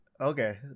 okay